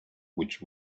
which